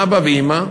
אבא ואימא,